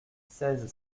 seize